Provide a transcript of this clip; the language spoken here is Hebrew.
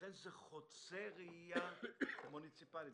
לכן זה חוצה ראייה מוניציפלית,